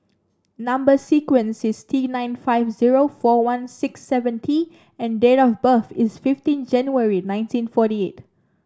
number sequence is T nine five zero four one six seven T and date of birth is fifteen January nineteen forty eight